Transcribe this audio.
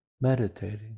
meditating